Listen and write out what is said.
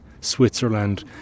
switzerland